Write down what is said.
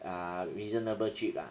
ah reasonable cheap lah